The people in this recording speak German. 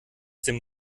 dem